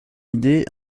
idée